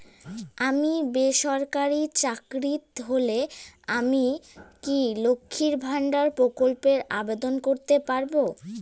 আমি বেসরকারি চাকরিরত হলে আমি কি লক্ষীর ভান্ডার প্রকল্পে আবেদন করতে পারব?